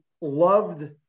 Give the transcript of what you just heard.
loved